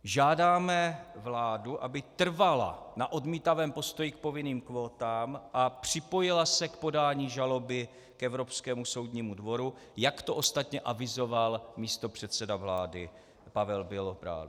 Žádáme vládu, aby trvala na odmítavém postoji k povinným kvótám a připojila se k podání žaloby k Evropskému soudnímu dvoru, jak to ostatně avizoval místopředseda vlády Pavel Bělobrádek.